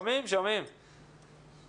אני